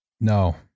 No